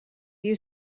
you